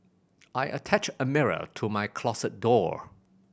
I attached a mirror to my closet door